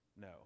No